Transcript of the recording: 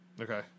Okay